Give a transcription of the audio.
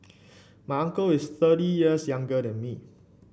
my uncle is thirty years younger than me